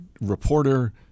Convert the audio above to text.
reporter